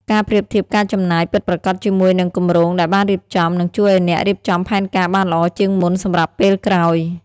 ការប្រៀបធៀបការចំណាយពិតប្រាកដជាមួយនឹងគម្រោងដែលបានរៀបចំ នឹងជួយឱ្យអ្នករៀបចំផែនការបានល្អជាងមុនសម្រាប់ពេលក្រោយ។